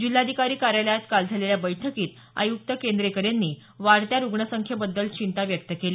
जिल्हाधिकारी कार्यालयात काल झालेल्या बैठकीत आयुक्त केंद्रेकर यांनी वाढत्या रुग्ण संख्येबद्दल चिंता व्यक्त केली